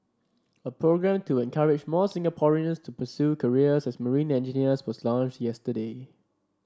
a programme to encourage more Singaporeans to pursue careers as marine engineers was launched yesterday